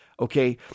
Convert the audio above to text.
Okay